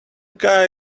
guy